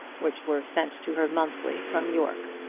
which were sent to her monthly from york.